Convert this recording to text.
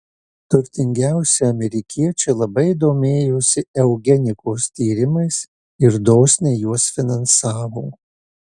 turtingiausi amerikiečiai labai domėjosi eugenikos tyrimais ir dosniai juos finansavo